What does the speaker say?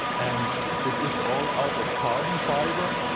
and it is all out of carbon fiber.